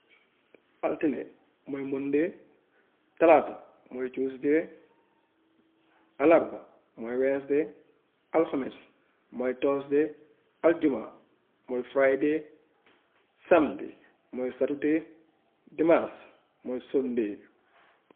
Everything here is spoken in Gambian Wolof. Altine mooy monday, talaata mooy tuesday, àllarba mooy wednesday, alxames mooy thursday, àljuma mooy friday, samedi mooy saturday, dimaas mooy sunday.